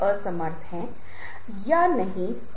अन्यथा प्रस्तुति विफल होगी